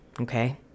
okay